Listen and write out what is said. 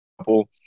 couple